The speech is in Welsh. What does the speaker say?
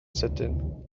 sydyn